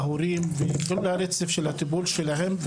בהורים ולפגוע ברצף הטיפול שלהם.